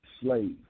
slave